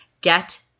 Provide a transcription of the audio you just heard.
get